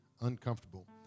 uncomfortable